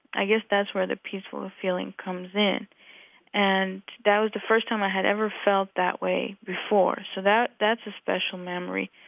i guess that's where the peaceful feeling comes in and that was the first time i had ever felt that way before, so that's a special memory.